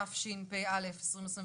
תשפ"א-2021,